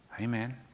Amen